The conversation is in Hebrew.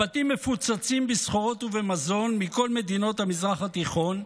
הבתים מפוצצים בסחורות ובמזון מכל מדינות המזרח התיכון,